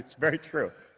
very true.